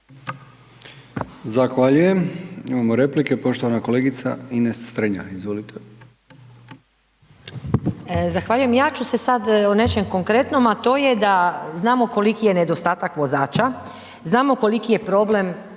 Zahvaljujem. Imamo replike, poštovana kolegica Ines Strenja, izvolite. **Strenja, Ines (Nezavisni)** Zahvaljujem. Ja ću se sad o nečem konkretnom, a to je da, znamo koliki je nedostatak vozača, znamo koliki je problem